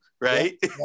right